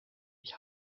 ich